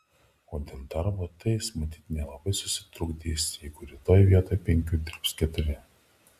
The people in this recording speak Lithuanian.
o dėl darbo tai jis matyt nelabai susitrukdys jeigu rytoj vietoj penkių dirbs keturi